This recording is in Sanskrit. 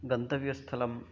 गन्तव्यस्थलम्